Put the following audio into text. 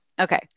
Okay